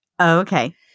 Okay